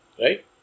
right